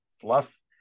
fluff